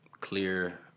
clear